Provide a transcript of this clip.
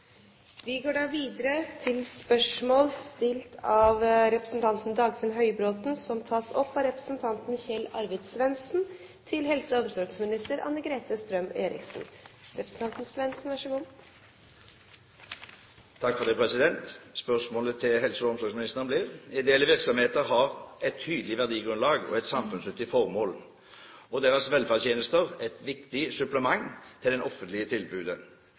representanten Dagfinn Høybråten til helse- og omsorgsministeren, vil bli tatt opp av representanten Kjell Arvid Svendsen. Spørsmålet til helse- og omsorgsministeren blir: «Ideelle virksomheter har et tydelig verdigrunnlag og et samfunnsnyttig formål, og deres velferdstjenester er et viktig supplement til det offentlige tilbudet.